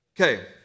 Okay